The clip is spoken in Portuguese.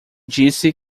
disse